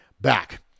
back